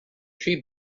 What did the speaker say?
three